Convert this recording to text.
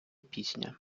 пісня